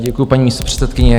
Děkuji, paní místopředsedkyně.